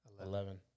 Eleven